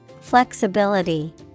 Flexibility